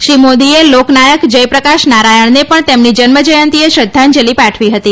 શ્રી મોદીએ લોકનાયક જયપ્રકાશ નારાયણને પણ તેમની જન્મજ્યંતિએ શ્રદ્ધાંજલી પાઠવી હતી